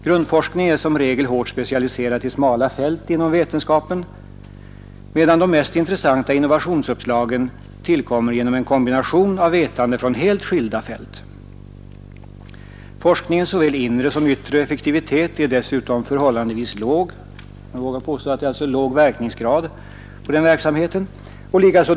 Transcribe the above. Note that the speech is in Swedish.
Grundforskningen är som regel hårt specialiserad i smala fält inom vetenskapen, medan de mest intressanta innovationsuppslagen tillkommer genom en kombination av vetande från helt skilda fält. Forskningens såväl inre som yttre effektivitet är dessutom förhållandevis låg. Jag vågar alltså påstå att den verksamheten har låg verkningsgrad.